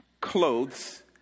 clothes